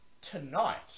tonight